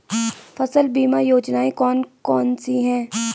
फसल बीमा योजनाएँ कौन कौनसी हैं?